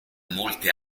molte